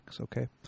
okay